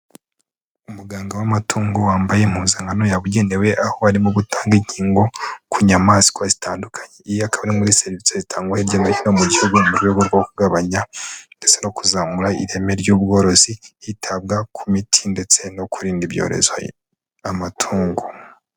Umuganga w'amatungo wambaye impuzankano yabugenewe, aho arimo gutanga inkingo ku nyamaswa zitandukanye muri serivisi zitangwa hirya no hino mu gihugu mu rwego rwo kugabanya ndetse no kuzamura ireme ry'ubworozi hitabwa ku miti ndetse no kurinda ibyorezo amatungo.